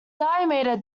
diameter